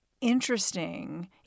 interesting